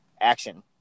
action